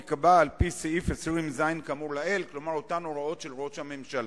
או צווים, כרגע אני לא מדייק, של ראש הממשלה,